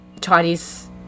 Chinese